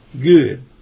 good